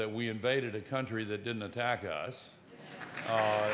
that we invaded a country that didn't attack us